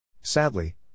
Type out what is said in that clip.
Sadly